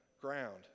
ground